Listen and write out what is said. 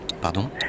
Pardon